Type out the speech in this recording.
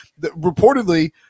Reportedly